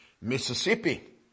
Mississippi